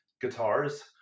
guitars